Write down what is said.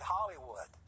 Hollywood